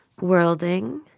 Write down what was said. worlding